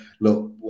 look